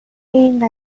این